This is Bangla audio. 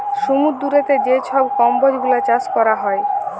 সমুদ্দুরেতে যে ছব কম্বজ গুলা চাষ ক্যরা হ্যয়